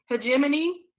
Hegemony